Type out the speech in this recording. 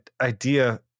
idea